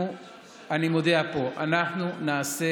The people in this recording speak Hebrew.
אני מודיע פה: אנחנו נעשה